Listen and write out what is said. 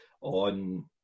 on